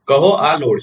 કહો આ ભારલોડ છે